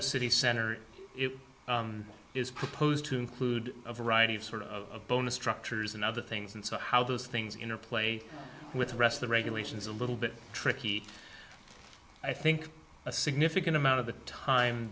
of city center it is proposed to include a variety of sort of bonus structures and other things and so how those things interplay with the rest the regulation is a little bit tricky i think a significant amount of the time